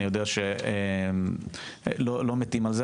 אני יודע שלא מתים על זה,